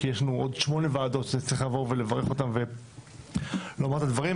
כי יש לנו עוד שמונה ועדות שצריך לעבור ולברך אותם ולומר את הדברים,